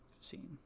seen